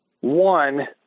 one